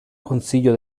consiglio